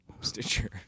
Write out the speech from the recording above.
Stitcher